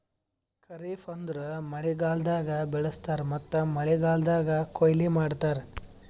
ಖರಿಫ್ ಅಂದುರ್ ಮಳೆಗಾಲ್ದಾಗ್ ಬೆಳುಸ್ತಾರ್ ಮತ್ತ ಮಳೆಗಾಲ್ದಾಗ್ ಕೊಯ್ಲಿ ಮಾಡ್ತಾರ್